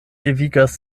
devigas